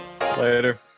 Later